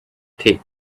taped